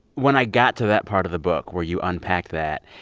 when i got to that part of the book where you unpack that,